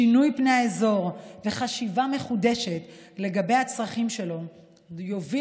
שינוי פני האזור וחשיבה מחודשת לגבי הצרכים שלו יובילו